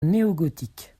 néogothique